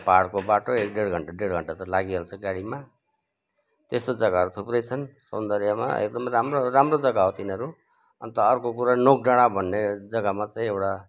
पहाडको बाटो एक डेढ घन्टा ढेड घन्टा त लागिहाल्छ गाडीमा त्यस्तो जग्गाहरू थुप्रै छन् सौन्दर्यमा एकदम राम्रो राम्रो जग्गा हो तिनीहरूरू अन्त अर्को कुरा नोक डाँडा भन्ने जग्गामा चाहिँ एउटा